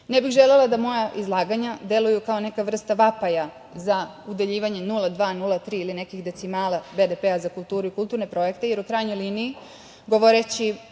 bih želela da moja izlaganja deluju kao neka vrsta vapaja za udeljivanje 0,2, 0,3, ili nekih decimala BDP-a za kulturu i kulturne projekte, jer u krajnjoj liniji govoreći